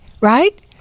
right